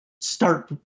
start